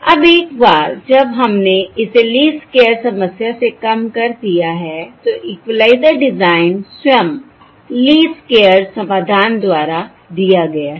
अब एक बार जब हमने इसे लीस्ट स्क्वेयर्स समस्या से कम कर दिया है तो इक्विलाइज़र डिज़ाइन स्वयं लीस्ट स्क्वेयर्स समाधान द्वारा दिया गया है